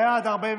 בעד,